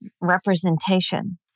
representation